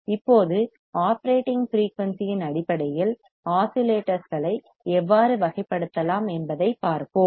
இப்போது operating frequency இன் அடிப்படையில் ஆஸிலேட்டர்களை எவ்வாறு வகைப்படுத்தலாம் என்பதைப் பார்ப்போம்